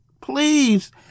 Please